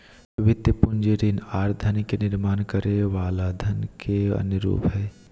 वित्तीय पूंजी ऋण आर धन के निर्माण करे वला धन के अन्य रूप हय